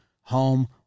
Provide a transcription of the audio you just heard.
home